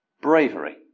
bravery